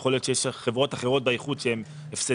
יכול להיות שיש חברות אחרות באיחוד שהן הפסדיות,